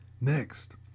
Next